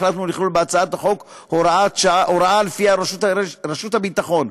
החלטנו לכלול בהצעת החוק הוראה שלפיה ראש רשות ביטחון,